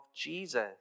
Jesus